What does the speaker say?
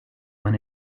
when